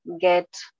get